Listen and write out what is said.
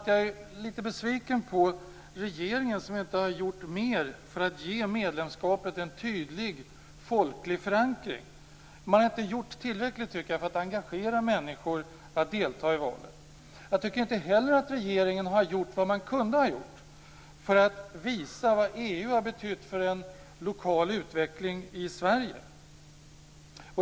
Jag är lite besviken på regeringen, som inte har gjort mer för att ge medlemskapet en tydlig folklig förankring. Man har inte gjort tillräckligt för att engagera människor att delta i valet. Jag tycker inte heller att regeringen har gjort vad man kunde ha gjort för att visa vad EU har betytt för en lokal utveckling i Sverige.